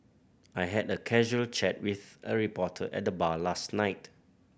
I had a casual chat with a reporter at the bar last night